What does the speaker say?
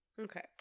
Okay